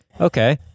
okay